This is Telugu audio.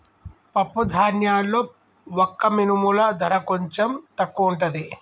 పప్పు ధాన్యాల్లో వక్క మినుముల ధర కొంచెం తక్కువుంటది